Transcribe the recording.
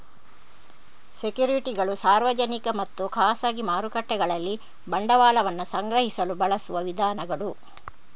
ಸೆಕ್ಯುರಿಟಿಗಳು ಸಾರ್ವಜನಿಕ ಮತ್ತು ಖಾಸಗಿ ಮಾರುಕಟ್ಟೆಗಳಲ್ಲಿ ಬಂಡವಾಳವನ್ನ ಸಂಗ್ರಹಿಸಲು ಬಳಸುವ ವಿಧಾನಗಳು